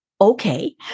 Okay